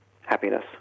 happiness